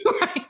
Right